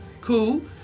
Cool